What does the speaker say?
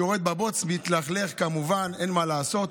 יורד לבוץ, מתלכלך כמובן, אין מה לעשות.